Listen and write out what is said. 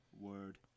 Word